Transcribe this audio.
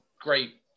great